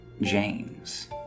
James